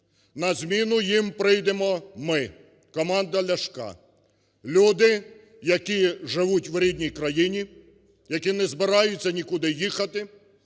На зміну їм прийдемо ми – команда Ляшка. Люди, які живуть в рідній країні, які не збираються нікуди їхати,